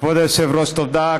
כבוד היושב-ראש, תודה.